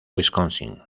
wisconsin